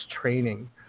training